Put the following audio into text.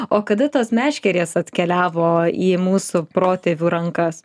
o kada tos meškerės atkeliavo į mūsų protėvių rankas